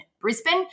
Brisbane